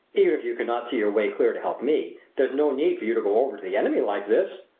even if you cannot see your way clear to help me, there's no need for you to go over to the enemy like this!